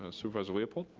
ah supervisor leopold.